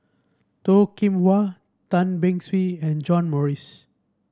Toh Kim Hwa Tan Beng Swee and John Morrice